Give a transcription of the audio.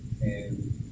And-